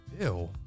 Ew